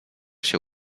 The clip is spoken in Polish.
się